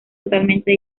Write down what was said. totalmente